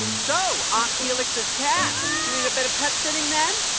so aunt felix's cat. doing a bit of pet sitting then?